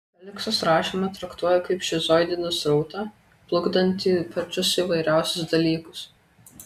feliksas rašymą traktuoja kaip šizoidinį srautą plukdantį pačius įvairiausius dalykus